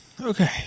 okay